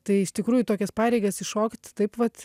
tai iš tikrųjų į tokias pareigas įšokt taip vat